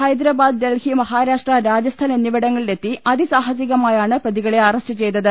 ഹൈദ്രബാദ് ഡൽഹി മഹാരാഷ്ട്ര രാജസ്ഥാൻ എന്നിവിടങ്ങ ളിലെത്തി അതി സാഹസികമായാണ് പ്രതികളെ അറസ്റ്റ് ചെയ്തത്